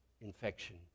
infection